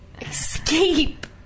Escape